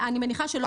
אני מניחה שלא מעט.